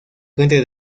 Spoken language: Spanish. frente